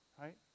Right